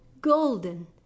golden